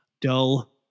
dull